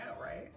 right